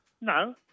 No